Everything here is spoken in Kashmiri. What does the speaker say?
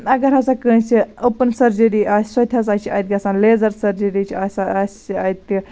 اَگَر ہَسا کٲنٛسہِ اوٚپن سٔرجری آسہِ سۄ تہِ ہَسا چھِ اَتہِ گَژھان لیزَر سٔرگری چھِ آسان اَسہِ اَتہِ